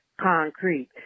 concrete